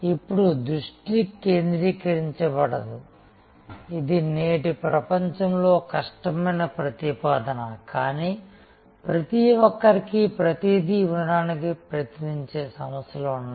ఇప్పుడు దృష్టి కేంద్రీకరించబడదు ఇది నేటి ప్రపంచంలో కష్టమైన ప్రతిపాదన కానీ ప్రతిఒక్కరికీ ప్రతీది ఉండటానికి ప్రయత్నించే సంస్థలు ఉన్నాయి